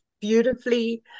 beautifully